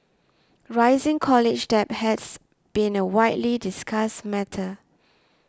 rising college debt has been a widely discussed matter